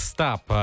Stop